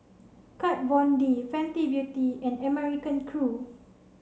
Kat Von D Fenty Beauty and American Crew